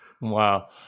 Wow